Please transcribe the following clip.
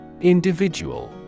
Individual